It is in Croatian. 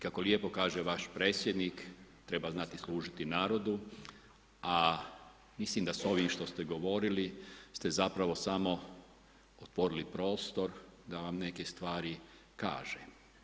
Kako lijepo kaže vaš predsjednik treba znati služiti narodu, a mislim da s ovim što ste govorili ste zapravo samo otvorili prostor da vam neke stvari kažem.